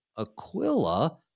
Aquila